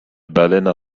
baleines